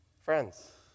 Friends